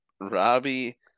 Robbie